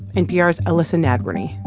npr's elissa nadworny